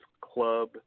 Club